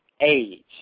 age